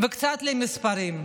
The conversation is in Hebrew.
קצת למספרים.